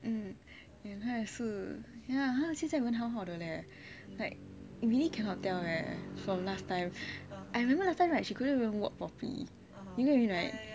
mm 他也是 ya 他现在很好了 leh like really cannot tell leh from last time I remember last time right she couldn't even walk properly